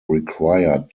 required